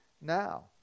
now